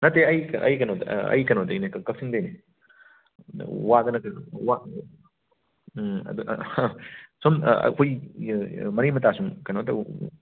ꯅꯠꯇꯦ ꯑꯩ ꯑꯩ ꯀꯩꯅꯣꯗ ꯑꯩ ꯀꯧꯅꯣꯗꯩꯅꯦ ꯀꯛꯆꯤꯡꯗꯩꯅꯦ ꯋꯥꯗꯅ ꯑꯗꯨ ꯑꯍ ꯁꯨꯝ ꯑꯩꯈꯣꯏ ꯃꯔꯤ ꯃꯇꯥ ꯁꯨꯝ ꯀꯩꯅꯣ ꯇꯧ